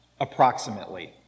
approximately